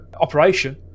operation